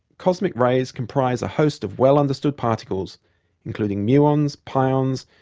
cosmic rays comprise a host of well-understood particles including muons, pions,